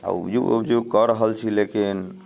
आ उबजुब उबजुब कऽ रहल छी लेकिन